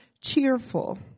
cheerful